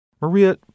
Maria